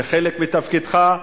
וחלק מתפקידך,